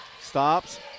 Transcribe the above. stops